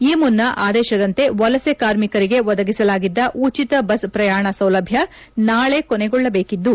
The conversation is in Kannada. ಈ ಮುನ್ನ ಆದೇಶದಂತೆ ವಲಸೆ ಕಾರ್ಮಿಕರಿಗೆ ಒದಗಿಸಲಾಗಿದ್ದ ಉಚಿತ ಬಸ್ ಪ್ರಯಾಣ ಸೌಲಭ್ದ ನಾಳೆ ಕೊನೆಗೊಳ್ಳಬೇಕಿದ್ದು